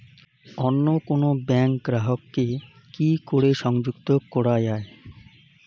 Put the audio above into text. অন্য কোনো ব্যাংক গ্রাহক কে কি করে সংযুক্ত করা য়ায়?